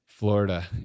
Florida